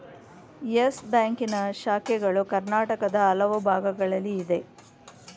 Yes ಬ್ಯಾಂಕಿನ ಶಾಖೆಗಳು ಕರ್ನಾಟಕದ ಹಲವು ಭಾಗಗಳಲ್ಲಿ ಇದೆ